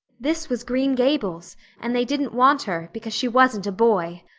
this was green gables and they didn't want her because she wasn't a boy!